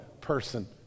person